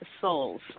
Souls